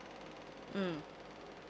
mm